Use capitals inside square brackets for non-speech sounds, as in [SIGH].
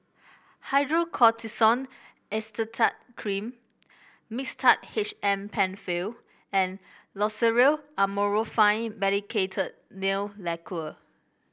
Hydrocortisone [UNINTELLIGIBLE] Cream Mixtard H M Penfill and Loceryl Amorolfine Medicated Nail Lacquer